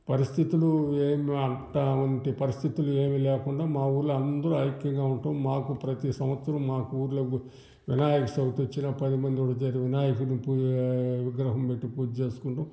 పరిస్థితులు ఏం అటువంటి పరిస్థితులు ఏమి లేకుండా మా ఊళ్ళో అందరూ ఐక్యంగా ఉంటాం మాకు ప్రతి సంవత్సరం మాకు ఊళ్ళో వినాయక చవితి వచ్చిన పది మంది కూడా చేరి వినాయకుని పూ విగ్రహం పెట్టి పూజ చేసుకుంటాం